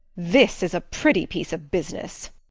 this is a pretty piece of business!